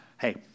Hey